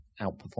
outperform